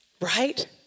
Right